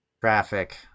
traffic